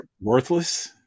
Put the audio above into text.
worthless